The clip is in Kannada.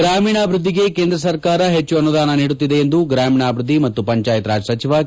ಗ್ರಾಮೀಣ ಅಭಿವೃದ್ದಿಗೆ ಕೇಂದ್ರ ಸರ್ಕಾರ ಹೆಚ್ಚು ಅನುದಾನ ನೀಡುತ್ತಿದೆ ಎಂದು ಗ್ರಾಮೀಣಾಭಿವ್ಯದ್ದಿ ಮತ್ತು ಪಂಚಾಯತ್ ರಾಜ್ ಸಚಿವ ಕೆ